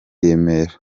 remera